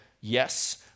yes